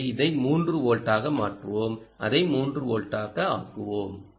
எனவே இதை 3 வோல்ட்டாக மாற்றுவோம் அதை 3 வோல்ட் ஆக்குவோம்